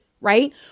Right